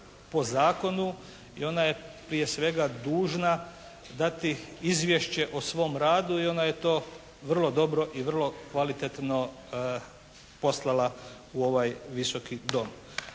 po zakonu i ona je prije svega dužna dati izvješće o svom radu i ona je to vrlo dobro i vrlo kvalitetno poslala u ovaj Visoki dom.